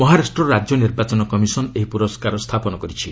ମହାରାଷ୍ଟ୍ର ରାଜ୍ୟ ନିର୍ବାଚନ କମିଶନ୍ ଏହି ପୁରସ୍କାର ସ୍ଥାପନ କରିଛି